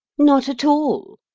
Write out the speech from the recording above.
not at all,